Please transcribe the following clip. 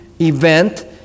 event